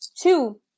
Two